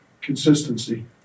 Consistency